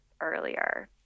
earlier